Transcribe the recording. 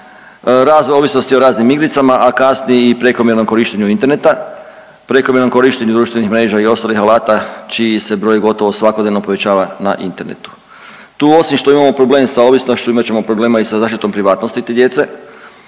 razne ovisnosti o raznim igricama, a kasnije i prekomjernom korištenju interneta, prekomjernom korištenju društvenih mreža i ostalih alata čiji se broj gotovo svakodnevno povećava na internetu. Tu osim što imamo problem sa ovisnošću imat ćemo problema i sa zaštitom privatnosti te djece,